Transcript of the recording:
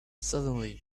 suddenly